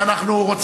אחריו נלך